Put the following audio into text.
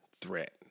threat